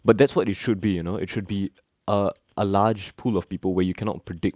but that's what it should be you know it should be a a large pool of people where you cannot predict